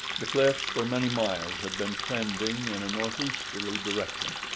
the cliffs for many miles had been trending in a northeasterly direction,